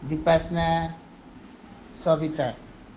Vipassana Sabita